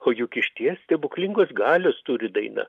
o juk išties stebuklingos galios turi daina